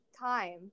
time